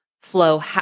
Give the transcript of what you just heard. flow